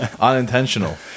Unintentional